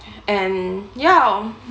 and ya